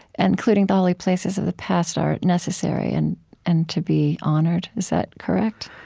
including the holy places of the past, are necessary and and to be honored. is that correct?